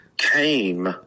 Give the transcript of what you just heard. Came